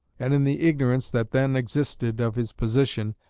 and in the ignorance that then existed of his position,